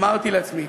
אמרתי לעצמי: